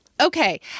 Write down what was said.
Okay